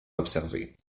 observées